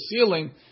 ceiling